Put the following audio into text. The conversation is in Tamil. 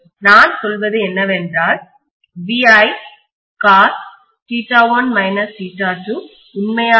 நான் சொல்வது என்னவென்றால் உண்மையான பவர்